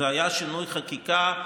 זה היה שינוי חקיקה.